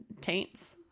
taints